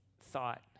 thought